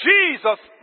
Jesus